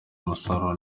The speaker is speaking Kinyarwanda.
musaruro